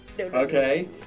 Okay